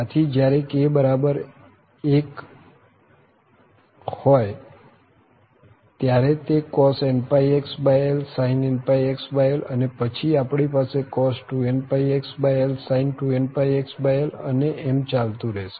આથી જયારે k1 ત્યારે તે cos πxl sin πxl અને પછી આપણી પાસે cos 2πxl sin 2πxl અને એમ ચાલતું રહેશે